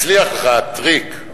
הצליח לך הטריק של